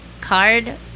card